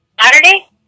Saturday